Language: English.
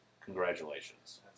congratulations